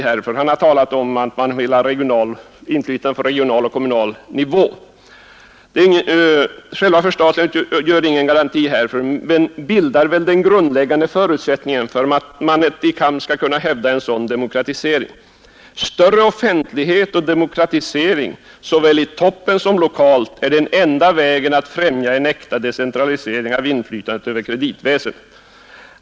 Han talar där om inflytandet på regional och kommunal nivå och fortsätter: ”Själva förstatligandet utgör ingen garanti härför men bildar väl den grundläggande förutsättningen för att man i kamp skall kunna hävda en sådan demokratisering. Större offentlighet och demokratisering såväl i toppen som lokalt är den enda vägen att främja en äkta decentralisering av inflytandet över kreditväsendet.